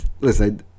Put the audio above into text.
Listen